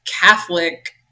Catholic